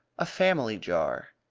a family jar.